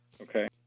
okay